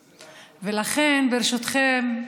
לכן, ברשותכם,